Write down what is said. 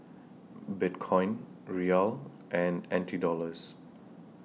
Bitcoin Riyal and N T Dollars